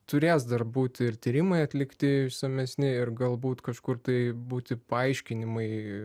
turės dar būti ir tyrimai atlikti išsamesni ir galbūt kažkur tai būti paaiškinimai